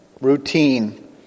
routine